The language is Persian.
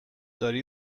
داری